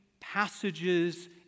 passages